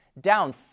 down